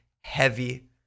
heavy